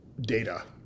Data